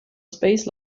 space